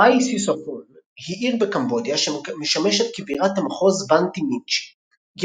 סריי סיסופון היא עיר בקמבודיה שמשמשת כבירת המחוז באנטי מינצ'י .